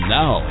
now